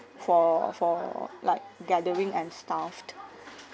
for for like gathering and stuff